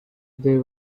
they